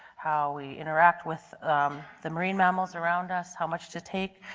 how we interact with the marine mammals around us, how much to take,